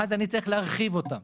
מקדמת דנא,